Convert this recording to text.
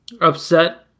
upset